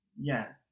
Yes